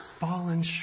fallen